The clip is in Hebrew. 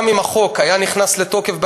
גם אם החוק היה נכנס לתוקף ב-2018,